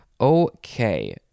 Okay